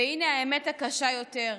והינה האמת הקשה יותר: